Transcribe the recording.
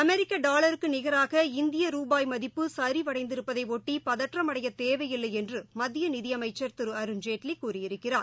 அமெிக்க டாலருக்கு நிகராக இந்திய ருபாய் மதிப்பு சரிவடைந்திருப்பதையொட்டி பதற்றம் அடைய தேவையில்லை என்று மத்திய நிதியமைச்சா் திரு அருண்ஜேட்லி கூறியிருக்கிறார்